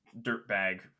dirtbag